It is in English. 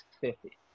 fifty